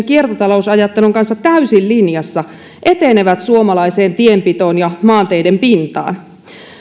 kiertotalousajattelun kanssa täysin linjassa etenevät suomalaiseen tienpitoon ja maanteiden pintaan